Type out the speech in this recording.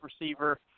receiver